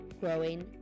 growing